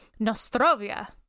Nostrovia